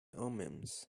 omens